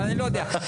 אני לא יודע.